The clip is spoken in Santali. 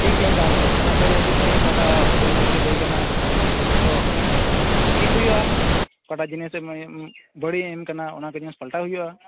ᱴᱷᱤᱠ ᱜᱮᱭᱟ ᱛᱟᱦᱚᱞᱮ ᱫᱚᱠᱟᱱ ᱥᱮᱫ ᱨᱮ ᱦᱤᱡᱩᱜ ᱢᱮ ᱚᱠᱟᱴᱟᱜ ᱵᱷᱩᱞ ᱵᱷᱮᱨᱟᱱᱛᱤ ᱦᱩᱭᱟᱠᱟᱱᱟ ᱚᱱᱟ ᱠᱚ ᱡᱚᱛᱚ ᱴᱷᱤᱠ ᱦᱩᱭᱩᱜᱼᱟ ᱚᱠᱟᱴᱟᱜ ᱡᱤᱱᱤᱥ ᱵᱟᱹᱲᱤᱡᱼᱤᱧ ᱮᱢᱟᱠᱟᱱᱟ ᱚᱱᱟ ᱠᱚ ᱡᱤᱱᱤᱥ ᱯᱟᱞᱴᱟᱣ ᱦᱩᱭᱩᱜᱼᱟ